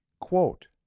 Quote